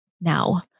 now